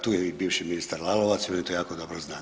Tu je i bivši ministar Lalovac, i on to jako dobro zna.